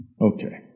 Okay